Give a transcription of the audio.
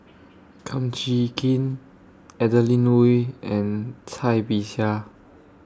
Kum Chee Kin Adeline Ooi and Cai Bixia